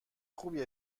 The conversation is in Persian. خوبی